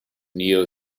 neo